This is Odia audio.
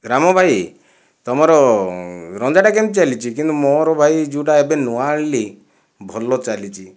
ରାମ ଭାଇ ତୁମର ରଞ୍ଜାଟା କେମିତି ଚାଲିଛି କିନ୍ତୁ ମୋର ଭାଇ ଯେଉଁଟା ଏବେ ନୂଆ ଆଣିଲି ଭଲ ଚାଲିଛି